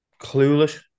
Clueless